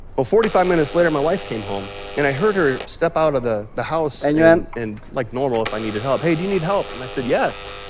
well, forty five minutes later, my wife came home, and i heard her step out of the the house and and, like, normal, if i needed help, hey, do you need help? and i said, yes.